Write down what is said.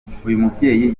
mubyeyi